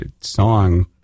song